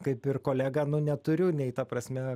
kaip ir kolega nu neturiu nei ta prasme